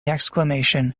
exclamation